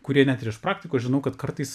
kurie net ir iš praktikos žinau kad kartais